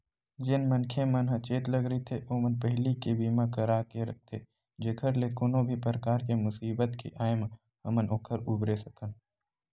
जेन मनखे मन ह चेतलग रहिथे ओमन पहिली ले बीमा करा के रखथे जेखर ले कोनो भी परकार के मुसीबत के आय म हमन ओखर उबरे सकन